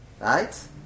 right